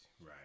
right